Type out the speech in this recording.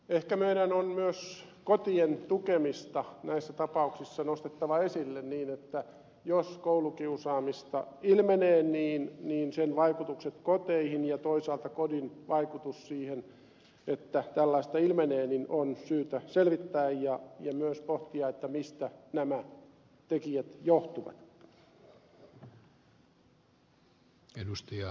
ehkä meidän on myös kotien tukemista näissä tapauksissa nostettava esille niin että jos koulukiusaamista ilmenee niin sen vaikutukset koteihin ja toisaalta kodin vaikutus siihen että tällaista ilmenee on syytä selvittää ja myös pohtia mistä nämä tekijät johtuvat